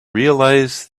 realise